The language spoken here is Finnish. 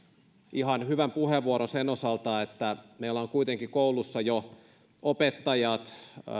ihan hyvän puheenvuoron sen osalta että meillä on kuitenkin koulussa jo opettajat